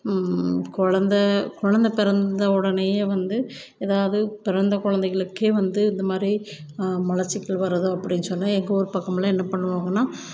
குழந்த குழந்த பிறந்த உடனேயே வந்து எதாவது பிறந்த குழந்தைகளுக்கே வந்து இந்தமாதிரி மலச்சிக்கல் வருது அப்படின்னு சொன்னால் எங்கள் ஊர் பக்கமெல்லாம் என்ன பண்ணுவாங்கன்னால்